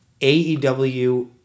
AEW